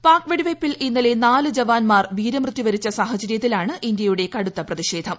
പാക് വെടിവയ്പിൽ ഇന്നലെ നാല് ജവാന്മാർ വീരമൃത്യു വരിച്ച സാഹചര്യത്തിലാണ് ഇന്ത്യയുടെ കടുത്ത പ്രതിഷേധം